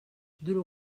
duro